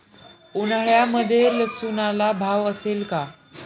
उन्हाळ्यामध्ये लसूणला भाव असेल का?